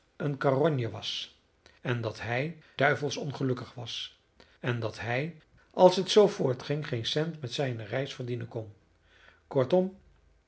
een karonje was en dat hij duivels ongelukkig was en dat hij als het zoo voortging geen cent met zijne reis verdienen kon kortom